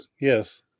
Yes